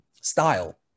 style